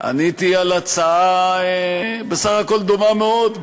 עניתי על הצעה בסך הכול דומה מאוד,